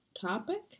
topic